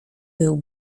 był